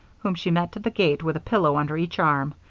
whom she met at the gate with a pillow under each arm,